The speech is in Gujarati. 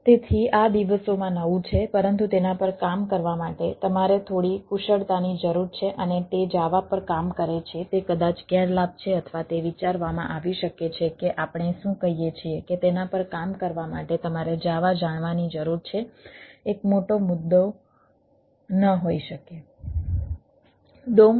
તેથી આ દિવસોમાં નવું છે પરંતુ તેના પર કામ કરવા માટે તમારે થોડી કુશળતાની જરૂર છે અને તે JAVA પર કામ કરે છે તે કદાચ ગેરલાભ છે અથવા તે વિચારવામાં આવી શકે છે કે આપણે શું કહીએ છીએ કે તેના પર કામ કરવા માટે તમારે JAVA જાણવાની જરૂર છે એક મોટો મુદ્દો ન હોય શકે